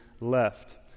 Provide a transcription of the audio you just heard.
left